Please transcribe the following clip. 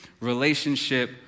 relationship